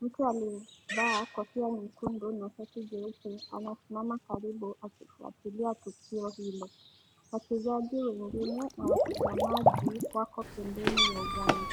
Mtu aliyevaa kofia nyekundu na shati jeupe anasimama karibu akifuatilia tukio hilo. Wachezaji wengine na watazamaji wako pembeni mwa uwanja.